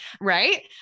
right